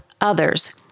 others